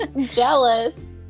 jealous